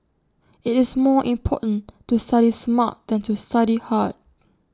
IT is more important to study smart than to study hard